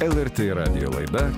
lrt radijo laida